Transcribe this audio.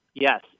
Yes